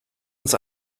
uns